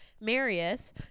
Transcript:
Marius